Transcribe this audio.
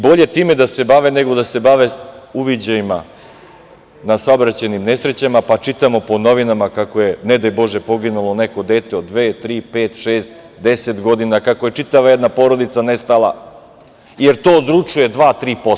Bolje time da se bave, nego da se bave uviđajima na saobraćajnim nesrećama, pa čitamo po novinama kako je, ne daj Bože, poginulo neko dete od dve, tri, pet, šest, deset godina, kako je čitava jedna porodica nestala, jer to odlučuje 2%, 3%